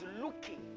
looking